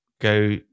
go